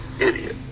idiot